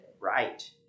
Right